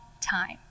time